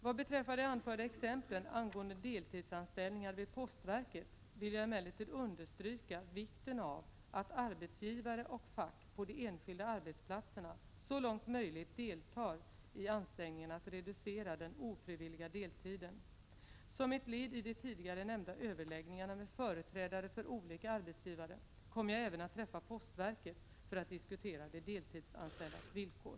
Vad beträffar de anförda exemplen angående deltidsanställningar vid postverket vill jag emellertid understryka vikten av att arbetsgivare och fack på de enskilda arbetsplatserna så långt möjligt deltar i ansträngningarna att reducera den ofrivilliga deltiden. Som ett led i de tidigare nämnda överläggningarna med företrädare för olika arbetsgivare kommer jag även att träffa postverket för att diskutera de deltidsanställdas villkor.